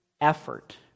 effort